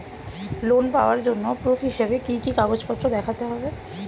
Loan পাওয়ার জন্য proof হিসেবে কি কি কাগজপত্র দেখাতে হবে?